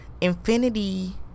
infinity